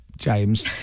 James